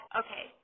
okay